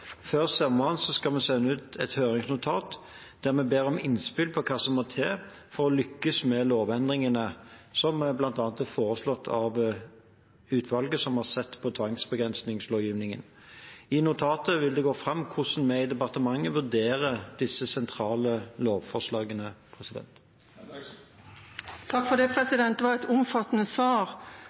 Før sommeren skal vi sende ut et høringsnotat der vi ber om innspill om hva som må til for å lykkes med lovendringene som bl.a. er foreslått av utvalget som har sett på tvangsbegrensningslovgivningen. I notatet vil det gå fram hvordan vi i departementet vurderer disse sentrale lovforslagene. Det var et omfattende svar.